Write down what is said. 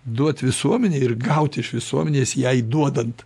duot visuomenei ir gaut iš visuomenės jai duodant